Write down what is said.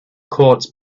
courts